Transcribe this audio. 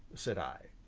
said i.